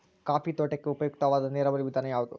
Coffee ತೋಟಕ್ಕೆ ಉಪಯುಕ್ತವಾದ ನೇರಾವರಿ ವಿಧಾನ ಯಾವುದು?